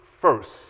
first